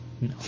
No